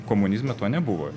komunizme to nebuvo